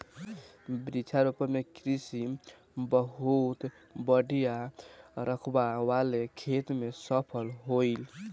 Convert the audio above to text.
वृक्षारोपण कृषि बहुत बड़ियार रकबा वाले खेत में सफल होई